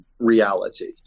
reality